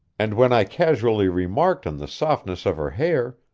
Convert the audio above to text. and when i casually remarked on the softness of her hair,